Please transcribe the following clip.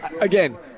Again